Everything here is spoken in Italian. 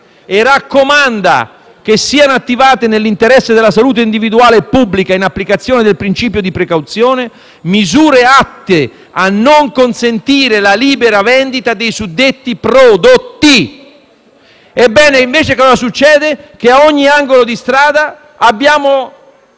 e raccomanda che siano attivate, nell'interesse della salute individuale pubblica, in applicazione del principio di precauzione, misure atte a non consentire la libera vendita dei suddetti prodotti». Ebbene, invece, cosa succede? Che ad ogni angolo di strada abbiamo